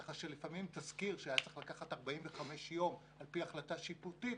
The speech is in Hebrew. כך שלפעמים תסקיר שהיה צריך לקחת 45 מים על פי החלטה שיפוטית,